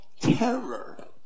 terror